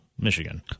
Michigan